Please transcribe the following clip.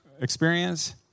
experience